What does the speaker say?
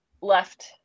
left